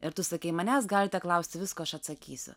ir tu sakai manęs galite klausti visko aš atsakysiu